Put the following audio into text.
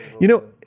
you know,